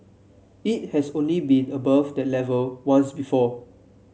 it has only been above that level once before